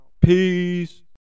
Peace